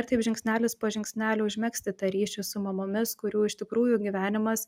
ir taip žingsnelis po žingsnelio užmegzti tą ryšį su mamomis kurių iš tikrųjų gyvenimas